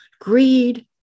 greed